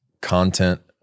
content